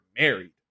married